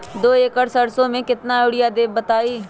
दो एकड़ सरसो म केतना यूरिया देब बताई?